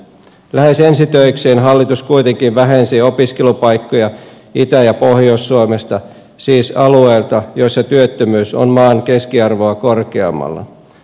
lähes ensi töikseen hallitus kuitenkin vähensi opiskelupaikkoja itä ja pohjois suomesta siis alueilta joilla työttömyys on maan keskiarvoa korkeammalla